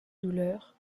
douleur